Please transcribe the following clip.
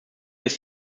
ist